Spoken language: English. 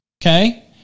okay